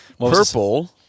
Purple